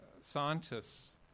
scientists